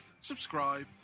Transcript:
subscribe